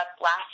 last